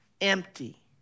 empty